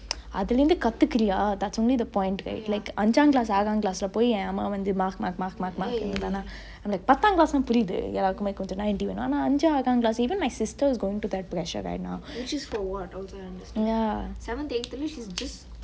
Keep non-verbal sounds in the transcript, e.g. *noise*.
*noise* அதுலருந்து கத்துக்குரியா:athulerunthu kathukuriyaa that's only the point right like ஐஞ்சாங்கலாஸ் ஆராங்கலாஸ்ல போய் என் அம்மா வந்து:anjaanglas araanglasle poi en amma vanthu mark mark mark mark mark இருந்தாங்க பத்தாங்கலாஸ்னா புரியுது ஏனா கொஞ்சொ நாலுல:irunthaange pathaanglasnaa puriyuthu enaa konje naalule dividend ஆனா ஐஞ்சு ஆராங்கலாஸு:aana anju aaranglassu even my sister's going through that pressure right now ya